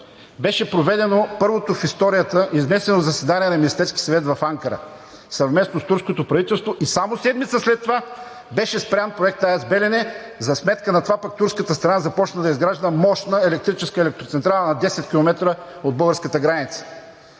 беше проведено първото в историята изнесено заседание на Министерския съвет в Анкара, съвместно с турското правителство. Само седмица след това беше спрян проектът АЕЦ „Белене“. За сметка на това пък турската страна започна да изгражда мощна електрическа електроцентрала на 10 км от българската граница.